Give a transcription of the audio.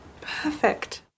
Perfect